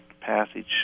passage